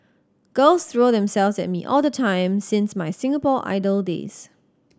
girls throw themselves at me all the time since my Singapore Idol days